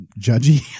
judgy